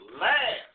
last